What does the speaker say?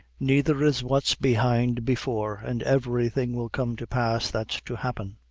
neither is what's behind before, and every thing will come to pass that's to happen.